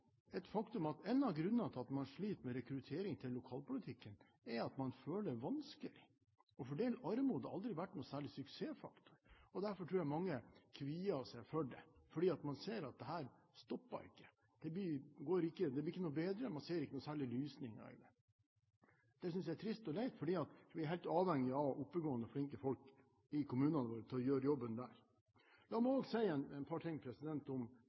et faktum at én av grunnene til at man sliter med rekruttering til lokalpolitikken, er at man føler at det er vanskelig. Å fordele armod har aldri vært noen særlig suksessfaktor. Derfor tror jeg mange kvier seg for det, for man ser at dette stopper ikke. Det blir ikke noe bedre, man ser ikke noen særlig lysning i det. Det synes jeg er trist og leit, for vi er helt avhengig av å ha oppegående, flinke folk i kommunene våre til å gjøre jobben der. La meg også si et par ting om